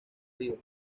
río